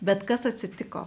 bet kas atsitiko